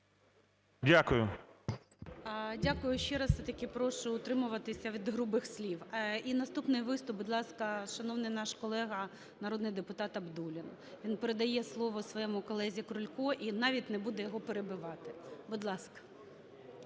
Дякую. Ще раз все-таки прошу утримуватися від грубих слів. І наступний виступ, будь ласка, шановний наш колега народний депутат Абдуллін. Він передає слово своєму колезі Крульку і навіть не буде його перебивати. Будь ласка.